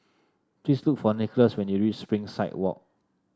please look for Nicholas when you reach Springside Walk